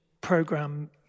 program